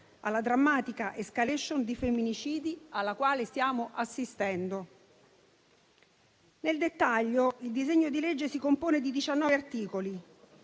alla drammatica *escalation* di femminicidi alla quale stiamo assistendo. Nel dettaglio, il disegno di legge si compone di diciannove